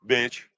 Bitch